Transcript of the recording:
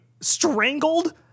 strangled